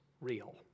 real